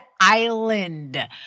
island